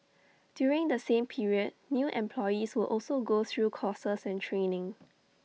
during the same period new employees will also go through courses and training